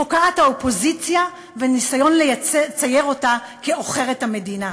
הוקעת האופוזיציה וניסיון לצייר אותה כעוכרת המדינה,